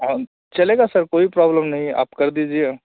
हाँ चलेगा सर कोई प्रॉब्लम नहीं है आप कर दीजिएगा